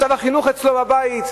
מצב החינוך אצלו בבית,